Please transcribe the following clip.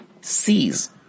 sees